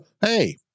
hey